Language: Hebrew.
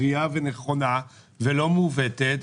בריאה ונכונה ולא מעוותת,